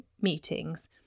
meetings